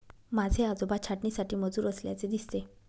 माझे आजोबा छाटणीसाठी मजूर असल्याचे दिसते